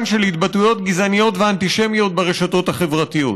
של התבטאויות גזעניות ואנטישמיות ברשתות החברתיות.